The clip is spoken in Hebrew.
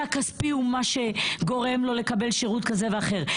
הכספי הוא מה שגורם לו לקבל שירות כזה ואחר,